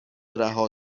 رها